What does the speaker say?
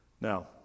Now